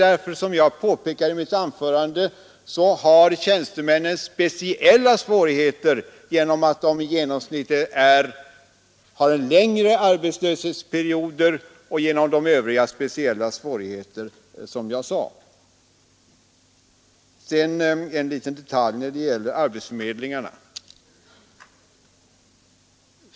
Som jag har påpekat i mitt anförande har tjänstemännen särskilda svårigheter därför att de i genomsnitt har längre arbetslöshetsperioder och på grund av de speciella problem som jag nämnde. En liten detalj när det gäller arbetsförmedlingarna.